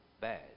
bad